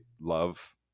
love